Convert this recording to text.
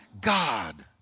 God